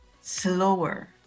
slower